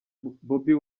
bobi